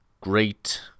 great